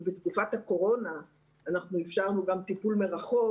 ובתקופת הקורונה אפשרנו גם טיפול מרחוק,